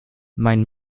mein